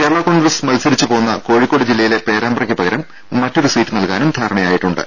കേരളാ കോൺഗ്രസ് മൽസരിച്ചു പോന്ന കോഴിക്കോട് ജില്ലയിലെ പേരാമ്പ്രയ്ക്ക് പകരം മറ്റൊരു സീറ്റ് നൽകാനും ധാരണയായിട്ടുണ്ട്